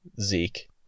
Zeke